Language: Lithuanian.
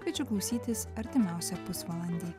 kviečiu klausytis artimiausią pusvalandį